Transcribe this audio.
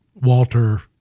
Walter